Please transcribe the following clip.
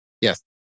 yes